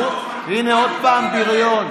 אתה בריון, הינה, עוד פעם "בריון".